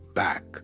back